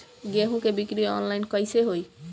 गेहूं के बिक्री आनलाइन कइसे होई?